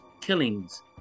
killings